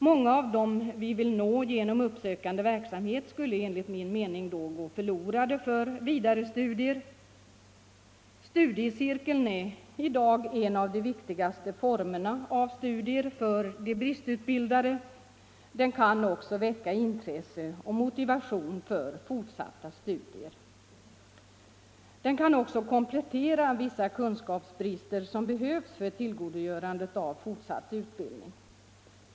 Många av dem vi vill nå genom uppsökande verksamhet skulle enligt min mening gå förlorade för vidarestudier. Studiecirkeln är i dag en av de viktigaste formerna av studier för de bristutbildade. Den kan väcka intresse och motivation för fortsatta studier. Den kan också komplettera vissa kunskaper som behövs för tillgodogörandet av fortsatt utbildning.